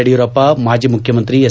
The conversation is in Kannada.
ಯಡಿಯೂರಪ್ಪ ಮಾಜಿ ಮುಖ್ಯಮಂತ್ರಿ ಎಸ್